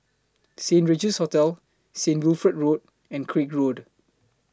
Saint Regis Hotel Saint Wilfred Road and Craig Road